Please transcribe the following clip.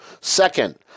Second